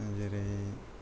जेरै